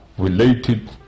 related